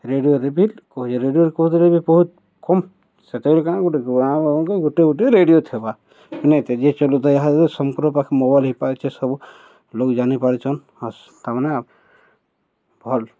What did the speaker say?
ରେଡ଼ିଓରେ ବି କହୁଚେ ରେଡ଼ିଓରେ କହୁଥିଲେଥିଲେ ବି ବହୁତ କମ୍ ସେତେବେଳେ କାଣା ଗୋଟେ ଗାଁ ଗାଁକି ଗୋଟେ ଗୋଟେ ରେଡ଼ିଓ ଥିବା ନିହାତି ଯିଏ ଚଲୁଥା ଏହା ପାଖେ ମୋବାଇଲ୍ ହୋଇପାରୁଛେ ସବୁ ଲୋକ ଜାଣିପାରୁଛନ୍ ହ ତାମାନେେ ଭଲ୍